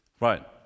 Right